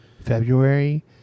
february